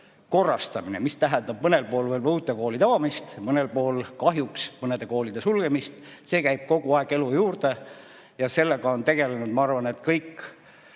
korrastamine, mis tähendab mõnel pool võib-olla uute koolide avamist, mõnel pool kahjuks mõnede koolide sulgemist, käib kogu aeg elu juurde. Sellega on tegelenud, ma arvan, kõik